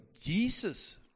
Jesus